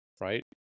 right